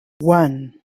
one